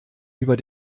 über